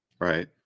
Right